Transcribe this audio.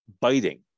biting